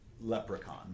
Leprechaun